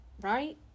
right